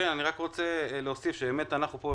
אני רק רוצה להוסיף שאנחנו פה,